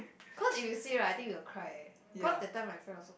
cause if you say right I think they will cry eh cause that time my friend also